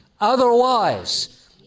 Otherwise